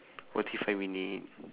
forty five minute